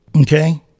okay